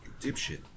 dipshit